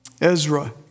Ezra